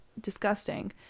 disgusting